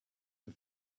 for